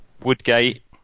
Woodgate